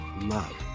love